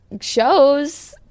shows